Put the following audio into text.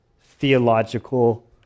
theological